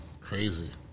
Crazy